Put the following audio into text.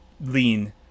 lean